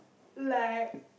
like